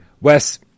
Wes